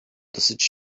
dosyć